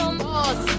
boss